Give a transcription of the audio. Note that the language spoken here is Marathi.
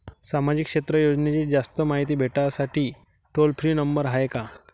सामाजिक क्षेत्र योजनेची जास्त मायती भेटासाठी टोल फ्री नंबर हाय का?